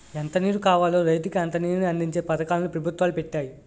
ఎంత నీరు కావాలో రైతుకి అంత నీరుని అందించే పథకాలు ను పెభుత్వాలు పెట్టాయి